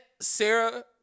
Sarah